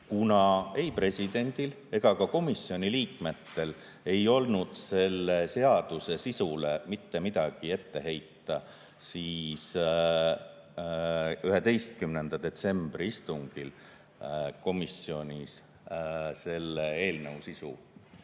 Kuna ei presidendil ega ka komisjoni liikmetel ei olnud selle seaduse sisule mitte midagi ette heita, siis 11. detsembri istungil komisjonis selle eelnõu sisu